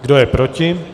Kdo je proti?